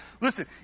listen